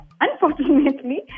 unfortunately